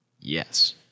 Yes